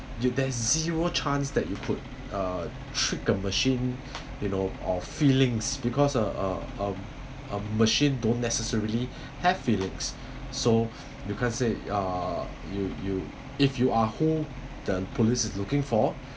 there's zero chance that you put uh trick a machine you know of feelings because uh a machine don't necessarily have feelings so you can't say uh you you if you are who the police is looking for